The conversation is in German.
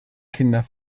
kinder